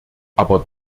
aber